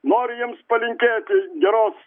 noriu jiems palinkėti geros